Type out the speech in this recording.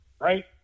right